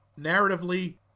narratively